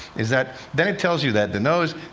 is that then it tells you that the nose,